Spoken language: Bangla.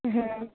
হ্যাঁ